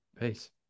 Peace